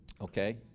Okay